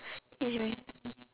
it's very